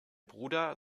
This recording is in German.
bruder